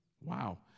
Wow